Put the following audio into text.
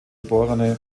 geb